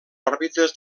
òrbites